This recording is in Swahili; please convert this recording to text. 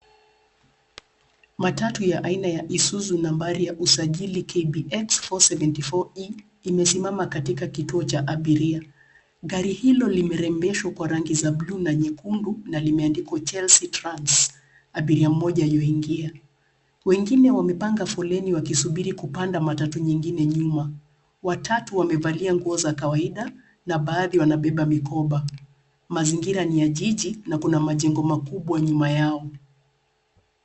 Matatu ya aina ya Isuzu nambari ya usajili, KBX 474E, imesimama katika kituo cha abiria. Gari hilo limerembeshwa kwa rangi za blue na nyekundu na limendikwa, "Chelsea Trans". Abiria mmoja yuangia, wengine wamepanga foleni wakisubiri kupanda matatu nyengine nyuma. Watatu wamevalia nguo za kawaida, na baadhi wanabeba mikoba. Mazingira ni ya jiji, na kuna majengo makubwa nyuma yao.